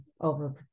over